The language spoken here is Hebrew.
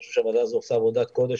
אני חושב שהוועדה הזו עושה עבודת קודש,